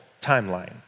timeline